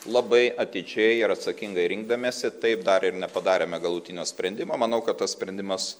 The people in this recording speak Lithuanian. labai atidžiai ir atsakingai rinkdamiesi taip dar ir nepadarėme galutinio sprendimo manau kad tas sprendimas